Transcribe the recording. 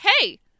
hey